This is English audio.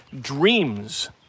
dreams